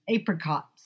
apricots